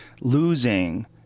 losing